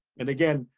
and again,